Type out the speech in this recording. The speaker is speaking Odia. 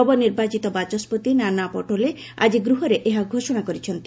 ନବନିର୍ବାଚିତ ବାଚସ୍କତି ନାନା ପଟୋଲେ ଆଜି ଗୃହରେ ଏହା ଘୋଷଣା କରିଛନ୍ତି